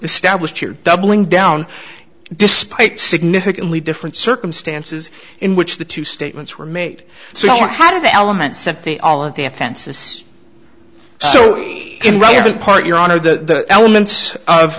established here doubling down despite significantly different circumstances in which the two statements were made so how did the elements that they all of the offense is so relevant part your honor the elements of